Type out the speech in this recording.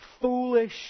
foolish